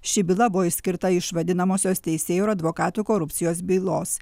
ši byla buvo išskirta iš vadinamosios teisėjų advokatų korupcijos bylos